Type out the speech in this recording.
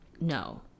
No